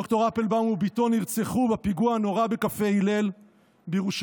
ד"ר אפלבאום ובתו נרצחו בפיגוע הנורא בקפה הלל בירושלים,